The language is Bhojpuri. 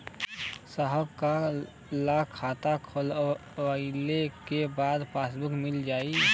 साहब कब ले खाता खोलवाइले के बाद पासबुक मिल जाई?